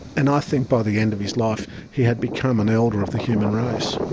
and i think by the end of his life he had become an elder of the human race.